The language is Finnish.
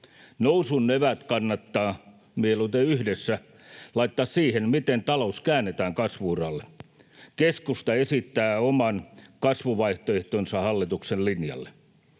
Nousun eväät kannattaa — mieluiten yhdessä — laittaa siihen, miten talous käännetään kasvu-uralle. Keskusta esittää oman kasvuvaihtoehtonsa hallituksen linjalle.